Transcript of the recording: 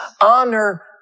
honor